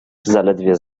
zaledwie